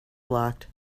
blocked